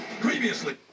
previously